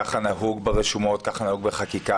ככה נהוג ברשומות, ככה נהוג בחקיקה.